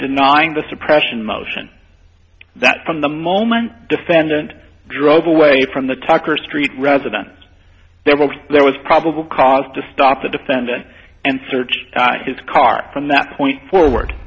denying the suppression motion that from the moment defendant drove away from the tucker street resident there will be there was probable cause to stop the defendant and search his car from that point forward